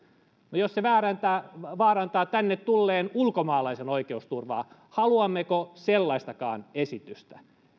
halua jos se vaarantaa tänne tulleen ulkomaalaisen oikeusturvaa haluammeko sellaistakaan esitystä